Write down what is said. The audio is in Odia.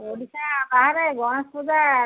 ଓଡ଼ିଶା ବାହାରେ ଗଣେଶ ପୂଜା